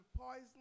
poison